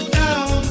down